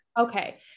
Okay